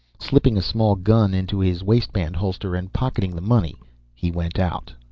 slipping a small gun into his waistband holster and pocketing the money he went out.